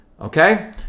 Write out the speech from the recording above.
okay